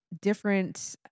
different